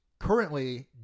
currently